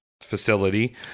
facility